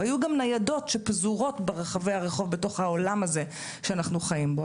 היו גם ניידות שפזורות ברחבי הרחוב בתוך העולם הזה שאנחנו חיים בו.